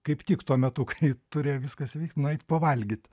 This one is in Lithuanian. kaip tik tuo metu kai turėjo viskas vykti nueit pavalgyt